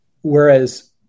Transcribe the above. whereas